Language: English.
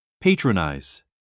Patronize